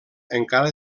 encara